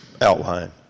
outline